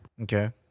Okay